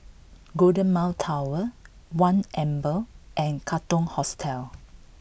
Golden Mile Tower One Amber and Katong Hostel